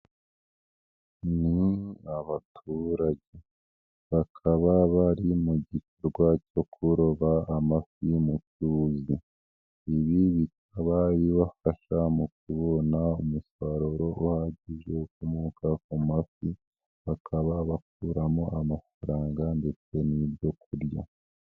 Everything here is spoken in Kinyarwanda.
Ni abaturage bakaba bari mu gikorwa cyo kuroba amafi mu byuzi, ibi bikaba bibafasha mu kubona umusaruro uhagije ukomoka ku mafi, bakaba bakuramo amafaranga ndetse n'ibyo kurya.